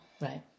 right